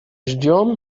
ждем